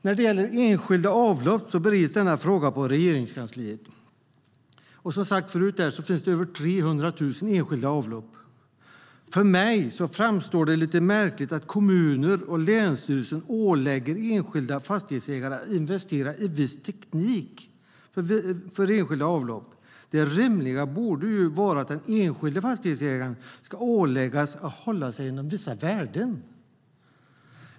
Frågan om enskilda avlopp bereds i Regeringskansliet. Som sagt finns det över 300 000 enskilda avlopp. För mig framstår det som lite märkligt att kommuner och länsstyrelser ålägger enskilda fastighetsägare att investera i viss teknik för enskilda avlopp. Det rimliga borde vara att den enskilde fastighetsägaren ska åläggas att hålla sig inom vissa värden.